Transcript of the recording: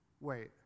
Wait